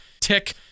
tick